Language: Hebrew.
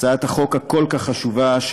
הצעת החוק הכל-כך חשובה,